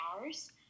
hours